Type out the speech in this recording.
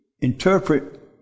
interpret